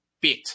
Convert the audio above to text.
bit